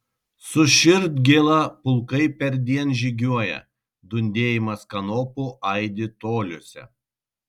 su širdgėla pulkai perdien žygiuoja dundėjimas kanopų aidi toliuose